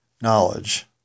knowledge